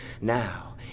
Now